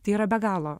tai yra be galo